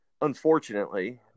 unfortunately